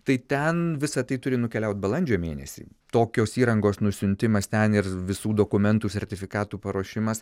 tai ten visa tai turi nukeliaut balandžio mėnesį tokios įrangos nusiuntimas ten ir visų dokumentų sertifikatų paruošimas